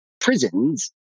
Prisons